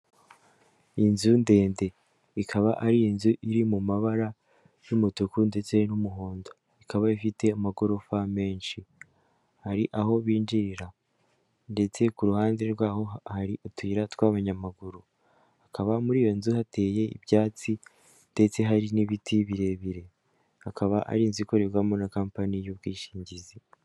Inzu ndende ikaba ari inzu iri mu mabara y'umutuku ndetse n'umuhondo ikaba ifite amagorofa menshi hari aho binjirira ndetse ku ruhande rw'aho hari utuyira tw'abanyamaguru hakaba muri iyo nzu hateye ibyatsi ndetse hari n'ibiti birebire akaba ari inzu ikorerwamo na compani y'ubwishingizi.